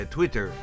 Twitter